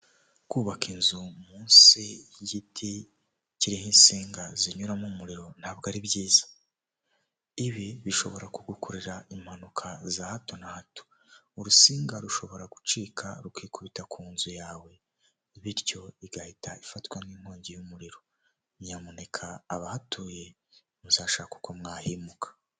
Kubaka inzu munsi y'igiti kiriho insinga zinyuramo umuriro ntabwo ari byiza. Ibi bishobora kugukorera impanuka za hato na hato. Urusinga rushobora gucika rukikubita ku nzu yawe, bityo igahita ifatwa nk'inkongi y'umuriro. Nyamuneka abahatuye muzashakake uko mwahimuka.